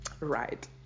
right